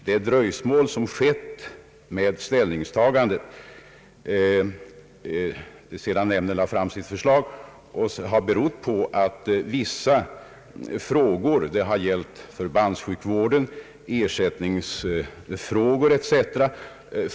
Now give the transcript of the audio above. Det dröjsmål med ställningstagandet som skett sedan nämnden framlade sitt förslag har berott på att vissa frågor gällande förbandssjukvården, ersättningsfrågor etc.